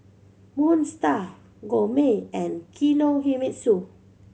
Moon Star Gourmet and Kinohimitsu